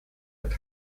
that